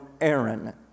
Aaron